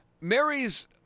Mary's